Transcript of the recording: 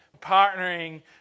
partnering